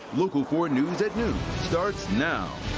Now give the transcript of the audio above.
local four news at noon starts now.